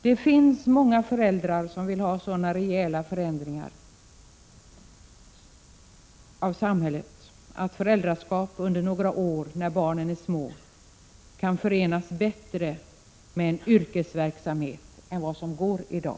Det finns många föräldrar som vill ha sådana rejäla förändringar av samhället att föräldraskap under några år när barnen är små bättre skall kunna förenas med en yrkesverksamhet än vad som är möjligt i dag.